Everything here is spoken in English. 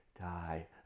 die